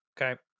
Okay